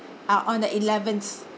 uh on the eleventh